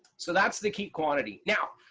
so that's the key quantity. now,